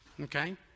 Okay